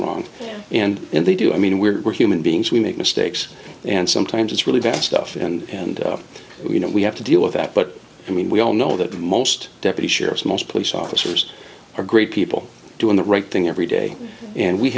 wrong and they do i mean we're human beings we make mistakes and sometimes it's really bad stuff and you know we have to deal with that but i mean we all know that most deputy sheriff's most police officers are great people doing the right thing every day and we